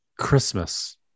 Christmas